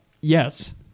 Yes